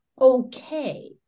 Okay